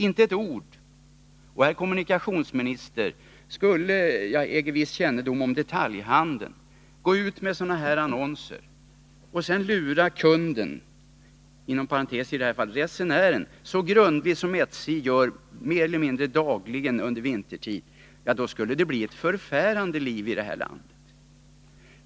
Jag har en viss kännedom om detaljhandeln, och jag vill säga till herr kommunikationsministern att om man där skulle gå ut med sådana här annonser och sedan lura kunden —i det här fallet resenären — så grundligt som SJ gör mer eller mindre dagligen under vintertid, då skulle det bli ett förfärligt liv i det här landet.